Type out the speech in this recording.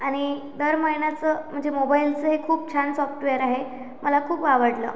आणि दर महिन्याचं म्हणजे मोबाईलचं हे खूप छान सॉफ्टवेअर आहे मला खूप आवडलं